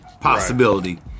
possibility